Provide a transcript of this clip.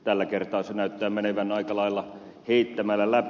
tällä kertaa se näyttää menevän aika lailla heittämällä läpi